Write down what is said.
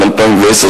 התש"ע 2010,